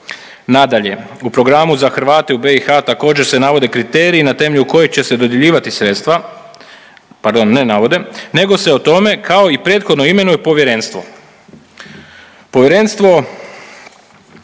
Nadalje, u programu za Hrvate u BiH također se navode kriteriji na temelju kojih će se dodjeljivati sredstva, pardon ne navode nego se o tome kao i prethodno imenuje povjerenstvo.